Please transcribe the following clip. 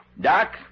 Doc